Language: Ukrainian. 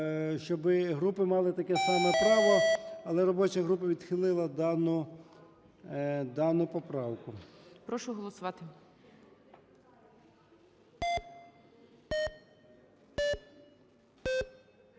щоби групи мали таке само право. Але робоча група відхилила дану поправку. ГОЛОВУЮЧИЙ. Прошу голосувати.